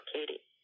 Katie